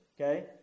okay